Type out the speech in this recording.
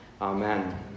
Amen